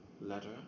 letter